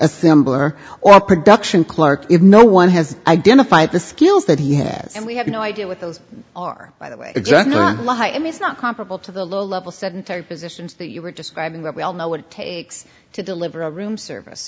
assembler or production clark if no one has identified the skills that he had and we have no idea what those are by the way exactly why him is not comparable to the low level sedentary positions that you were describing where we all know what it takes to deliver a room service